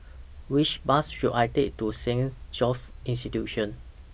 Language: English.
Which Bus should I Take to Saint Joseph's Institution